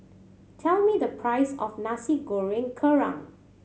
tell me the price of Nasi Goreng Kerang